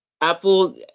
apple